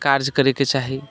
कार्य करैके चाही